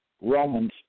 Romans